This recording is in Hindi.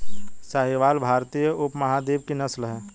साहीवाल भारतीय उपमहाद्वीप की नस्ल है